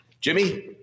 Jimmy